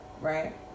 right